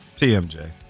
TMJ